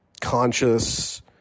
conscious